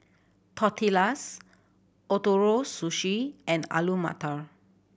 Tortillas Ootoro Sushi and Alu Matar